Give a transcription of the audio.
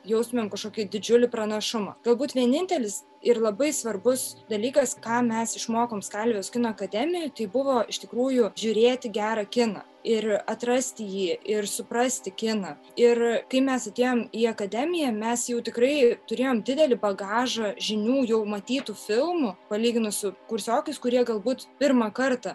jaustumėm kažkokį didžiulį pranašumą galbūt vienintelis ir labai svarbus dalykas ką mes išmokom skalvijos kino akademijoj tai buvo iš tikrųjų žiūrėti gerą kiną ir atrasti jį ir suprasti kiną ir kai mes atėjom į akademiją mes jau tikrai turėjom didelį bagažą žinių jau matytų filmų palyginus su kursiokais kurie galbūt pirmą kartą